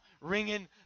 ringing